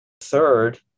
Third